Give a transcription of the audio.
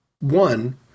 one